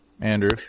Andrew